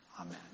Amen